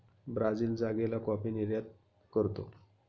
Brazil जागेला coffee निर्यात करतो